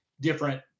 different